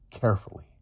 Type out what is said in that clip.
carefully